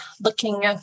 looking